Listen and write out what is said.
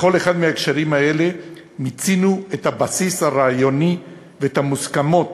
בכל אחד מההקשרים האלה מיצינו את הבסיס הרעיוני ואת המוסכמות